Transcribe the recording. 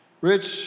rich